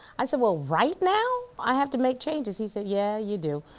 i said, well right now? i have to make changes. he said, yeah, you do.